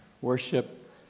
worship